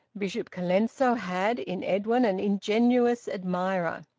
bishop colenso had, in edwin, an ingenuous admirer.